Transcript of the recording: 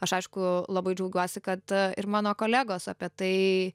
aš aišku labai džiaugiuosi kad a ir mano kolegos apie tai